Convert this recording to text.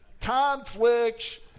Conflicts